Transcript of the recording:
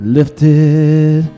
Lifted